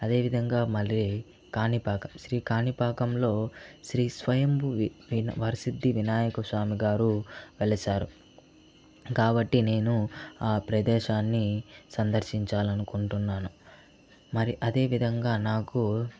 అదేవిధంగా మళ్లీ కాణిపాక శ్రీ కాణిపాకంలో శ్రీ స్వయంభు వి వి వరసిద్ధి వినాయక స్వామి గారు వెలిశారు కాబట్టి నేను ఆ ప్రదేశాన్ని సందర్శించాలనుకుంటున్నాను మరి అదే విధంగా నాకు